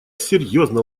серьёзно